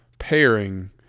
pairing